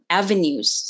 avenues